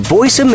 Voice